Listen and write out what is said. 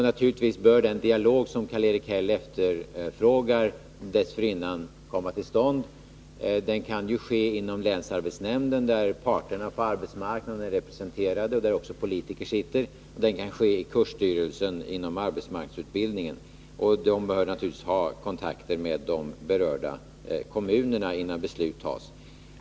Naturligtivs bör den dialog som Karl-Erik Häll efterfrågar komma till stånd dessförinnan. Den kan ju ske inom länsarbetsnämnden, där parterna på arbetsmarknaden och även politiker är representerade. Den kan också ske inom kursstyrelsen och inom arbetsmarknadsutbildningen. Man bör naturligtvis ha kontakter med de berörda kommunerna innan beslut fattas.